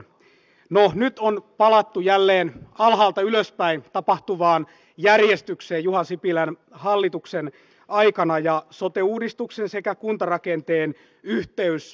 no nyt juha sipilän hallituksen aikana on palattu jälleen alhaalta ylöspäin tapahtuvaan järjestykseen ja sote uudistuksen sekä kuntarakenteen yhteys katkaistaan